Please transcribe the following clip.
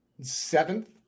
Seventh